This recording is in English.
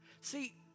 See